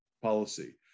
policy